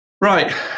Right